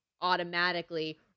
automatically